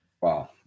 wow